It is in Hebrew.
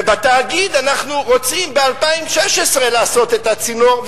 ובתאגיד אנחנו רוצים ב-2016 לעשות את הצינור,